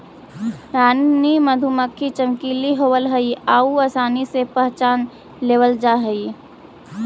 रानी मधुमक्खी चमकीली होब हई आउ आसानी से पहचान लेबल जा हई